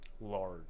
Large